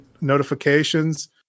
notifications